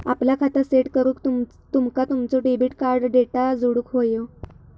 आपला खाता सेट करूक तुमका तुमचो डेबिट कार्ड डेटा जोडुक व्हयो